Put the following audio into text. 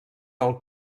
del